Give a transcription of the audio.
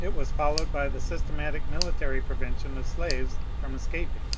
it was followed by the systematic military prevention of slaves from escaping.